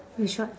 is what